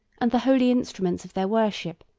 and the holy instruments of their worship,